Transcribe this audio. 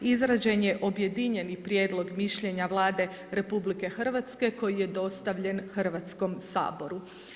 Izrađen je objedinjeni prijedlog mišljenja Vlade RH koji je dostavljen Hrvatskom saboru.